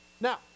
Now